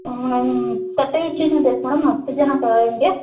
ಹ್ಞೂ ನಮ್ಮ ತಟ್ಟೆ ಇಡ್ಲಿನೇ ಬೇಕು ಮೇಡಮ್ ಹತ್ತು ಜನಕ್ಕೆ ಆಗೋಂಗೆ